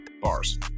bars